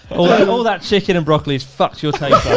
all that chicken and broccoli's fucked your taste